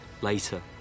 later